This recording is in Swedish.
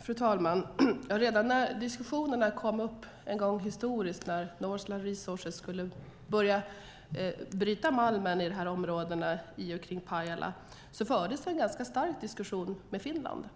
Fru talman! Redan när diskussionerna kom upp en gång historiskt när Northland Resources skulle börja bryta malm i och kring Pajala fördes en ganska stark diskussion med Finland.